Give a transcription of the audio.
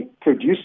produce